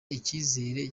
icyizere